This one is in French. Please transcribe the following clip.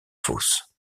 fosse